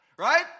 Right